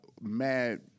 mad